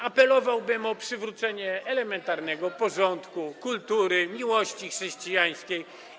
Apelowałbym o przywrócenie elementarnego porządku, kultury i miłości chrześcijańskiej.